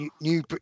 new